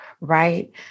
right